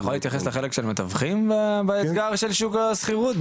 אתה יכול להתייחס לחלק של המתווכים באתגר הזה של שוק השכירות?